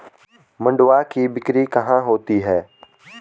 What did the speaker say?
मंडुआ की बिक्री कहाँ होती है?